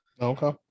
Okay